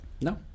No